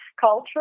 Culture